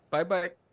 Bye-bye